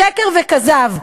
שקר וכזב.